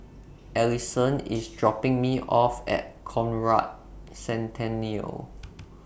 Allison IS dropping Me off At Conrad Centennial